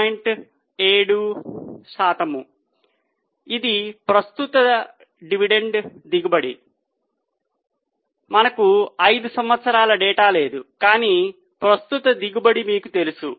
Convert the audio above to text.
7 శాతం ఇది ప్రస్తుత డివిడెండ్ దిగుబడి మనకు 5 సంవత్సరాల డేటా లేదు కానీ ప్రస్తుత దిగుబడి మీకు తెలుసు